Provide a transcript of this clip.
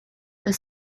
that